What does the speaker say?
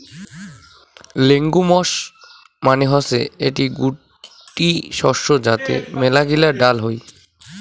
legumes মানে হসে গুটি শস্য যাতে মেলাগিলা ডাল হই